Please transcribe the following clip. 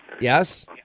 Yes